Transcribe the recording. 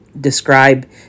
describe